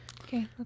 Okay